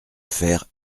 fer